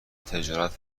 تجارت